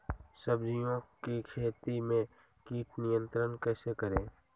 सब्जियों की खेती में कीट नियंत्रण कैसे करें?